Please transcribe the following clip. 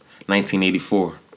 1984